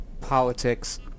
politics